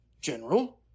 General